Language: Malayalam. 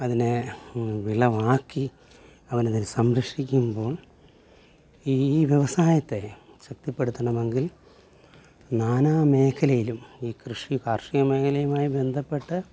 അതിനെ വിളവാക്കി അവൻ അതിൽ സംരക്ഷിക്കുമ്പോൾ ഈ വ്യവസായത്തെ ശക്തിപ്പെടുത്തണമങ്കിൽ നാനാ മേഖലയിലും ഈ കൃഷി കാർഷിക മേഖലയുമായി ബന്ധപ്പെട്ട